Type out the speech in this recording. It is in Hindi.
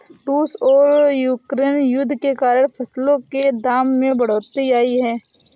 रूस और यूक्रेन युद्ध के कारण फसलों के दाम में बढ़ोतरी आई है